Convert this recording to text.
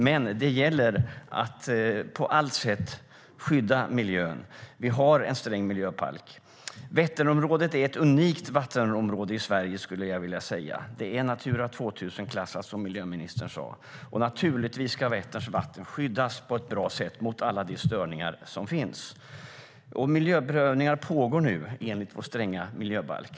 Men det gäller att på alla sätt skydda miljön. Vi har en sträng miljöbalk. Vätternområdet är ett unikt vattenområde i Sverige, skulle jag vilja säga. Det är Natura 2000-klassat, som miljöministern sade. Naturligtvis ska Vätterns vatten skyddas på ett bra sätt mot alla de störningar som finns. Miljöprövningar pågår enligt vår stränga miljöbalk.